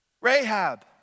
Rahab